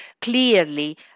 clearly